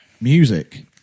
music